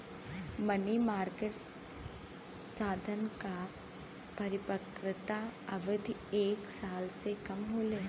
मनी market साधन क परिपक्वता अवधि एक साल से कम होले